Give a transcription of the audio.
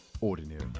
ordinary